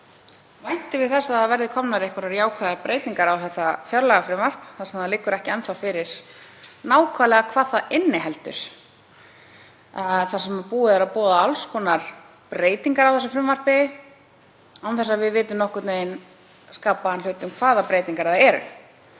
væntum við þess að komnar verði einhverjar jákvæðar breytingar á þessu fjárlagafrumvarpi þar sem það liggur ekki enn þá fyrir nákvæmlega hvað það inniheldur þar sem búið er að boða alls konar breytingar á því án þess að við vitum nokkurn skapaðan hlut um hvaða breytingar það eru.